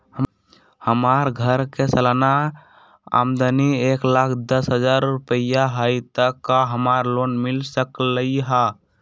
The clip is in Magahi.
हमर घर के सालाना आमदनी एक लाख दस हजार रुपैया हाई त का हमरा लोन मिल सकलई ह?